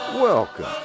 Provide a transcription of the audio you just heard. Welcome